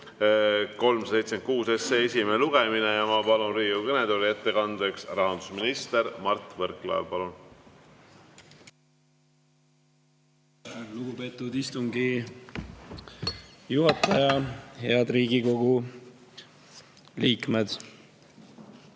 376 esimene lugemine. Ma palun Riigikogu kõnetooli ettekandeks rahandusminister Mart Võrklaeva. Palun! Lugupeetud istungi juhataja! Head Riigikogu liikmed!